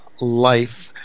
Life